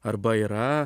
arba yra